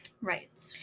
right